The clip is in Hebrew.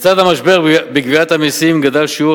לצד המשבר בגביית המסים גדל שיעור